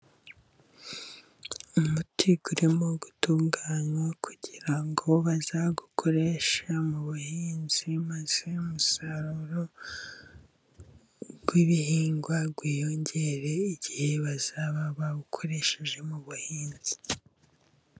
Umuti urimo gutunganywa kugirango bazawukoreshe mu buhinzi maze umusaruro w'ibihingwa wiyongere igihe bazaba bawukoresheje mu buhinzi.